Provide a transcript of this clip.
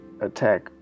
attack